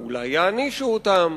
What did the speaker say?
או אולי יענישו אותם,